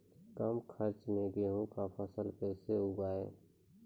कम खर्च मे गेहूँ का फसल कैसे उगाएं?